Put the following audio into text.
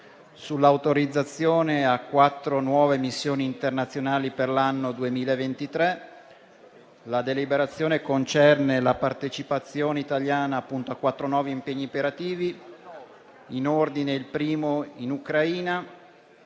sull'autorizzazione a quattro nuove missioni internazionali per l'anno 2023. La deliberazione concerne la partecipazione italiana a quattro nuovi impegni operativi, il primo dei quali in Ucraina: